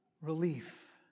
relief